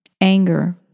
anger